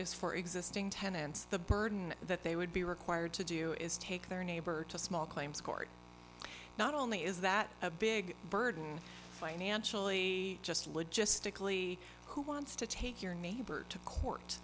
is for existing tenants the burden that they would be required to do is take their neighbor to small claims court not only is that a big burden financially just logistically who wants to take your neighbor to court